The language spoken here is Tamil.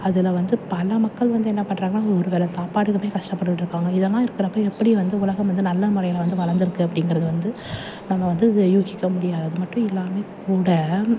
அதில் வந்து பல மக்கள் வந்து என்ன பண்ணுறாங்க ஒரு வேளை சாப்பாட்டுக்கும் கஷ்டப்பட்டுட்ருக்காங்க இதெல்லாம் இருக்கிறப்ப எப்படி வந்து உலகம் வந்து நல்ல முறையில் வந்து வளர்ந்துருக்கு அப்படிங்கிறது வந்து நம்ம வந்து அதை யூகிக்க முடியாது அது மட்டும் இல்லாம கூட